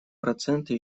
проценты